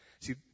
See